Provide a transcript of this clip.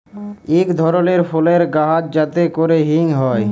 ইক ধরলের ফুলের গাহাচ যাতে ক্যরে হিং হ্যয়